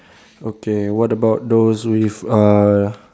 okay what about those with uh